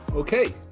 Okay